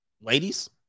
ladies